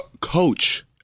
Coach